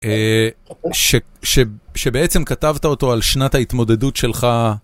אהה.. שבעצם כתבת אותו על שנת ההתמודדות שלך.